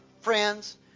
friends